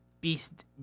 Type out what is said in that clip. Beast